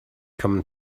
common